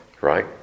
right